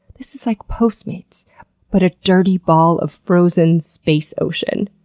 this is like postmates but a dirty ball of frozen space ocean.